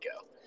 go